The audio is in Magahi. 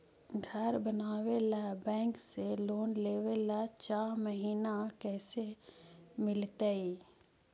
घर बनावे ल बैंक से लोन लेवे ल चाह महिना कैसे मिलतई?